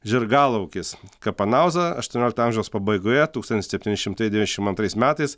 žirgalaukis kapanauza aštuoniolikto amžiaus pabaigoje tūkstantis septyni šimtas devyniasdešimt antrais metais